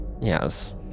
Yes